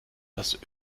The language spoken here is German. das